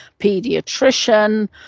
pediatrician